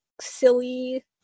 silly